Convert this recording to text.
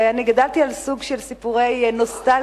ואני גדלתי על סוג של סיפורי נוסטלגיה,